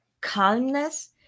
calmness